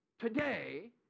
Today